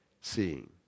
seeing